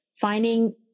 finding